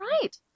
Right